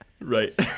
right